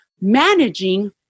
managing